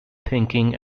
thinking